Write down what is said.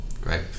Great